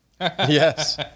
Yes